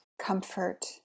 comfort